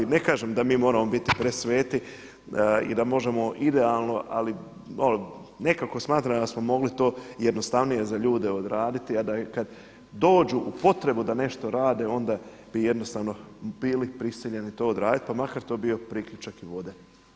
Ne kažem da mi moramo biti presveti i da možemo idealno ali nekako smatram da smo mogli to jednostavnije za ljude odraditi a da kad dođu u potrebu da nešto rade onda bi jednostavno bili prisiljeni to odraditi pa makar to bio priključak i vode.